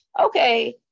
okay